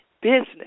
business